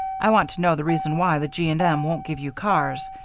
i want to know the reason why the g. and m. won't give you cars.